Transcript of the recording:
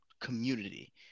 community